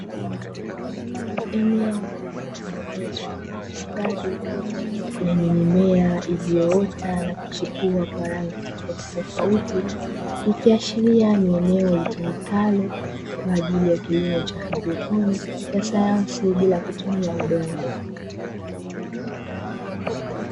Eneo liliotengenezwa kwa ustadi lenye mimea iliyoota na kuchipua kwa rangi tofautitofauti . ikiashiria kuwa ni eneo litumikalo kwa ajili ya kilimo cha haidroponi ya sayansi ya bila kutumia udongo.